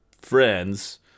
friends